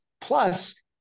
Plus